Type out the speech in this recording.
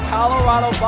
Colorado